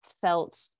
felt